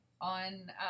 on